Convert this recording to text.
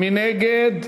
מי נגד?